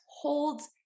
holds